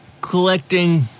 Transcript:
collecting